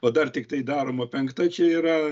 o dar tiktai daroma penkta čia yra